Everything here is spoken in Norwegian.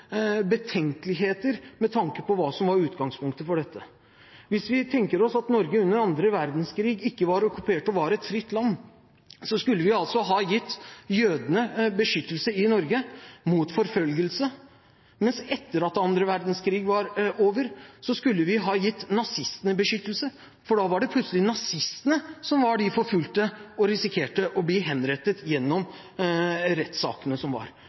betenkeligheter med tanke på hva som var utgangspunktet for dette. Hvis vi tenker oss at Norge under annen verdenskrig ikke var okkupert og var et fritt land, skulle vi altså ha gitt jødene beskyttelse i Norge mot forfølgelse – men etter at annen verdenskrig var over, skulle vi ha gitt nazistene beskyttelse, for da var det plutselig nazistene som var de forfulgte, og som risikerte å bli henrettet gjennom rettssakene som var.